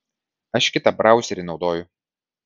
aš kitą brauserį naudoju